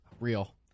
Real